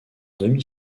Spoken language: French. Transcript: demi